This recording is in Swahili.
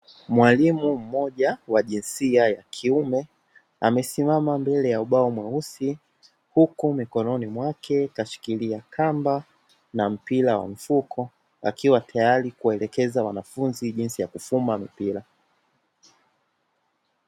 Mwalimu mmoja wa jinsia ya kiume, amesimama mbele ya ubao mweusi, huku mikononi mwake kashikilia kamba na mpira wa mfuko, akiwa tayari kuwaelekeza wanafunzi jinsi ya kufuma mipira.